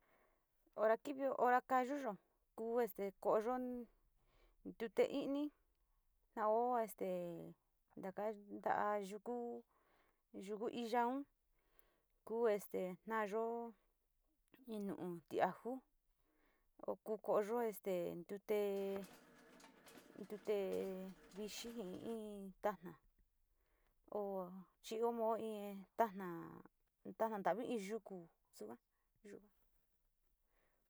Ora kiviyo, ora kaayuyo kuu este kooyo in tute ni’ini nao este ntaka ntaka yuku iyaun kuu este naayo i nu´uti oju o ku ko´oyo este ntute, ntute vixi ji in tajana o chi o moo in tajna ntaavi in yuku suga, yuuva.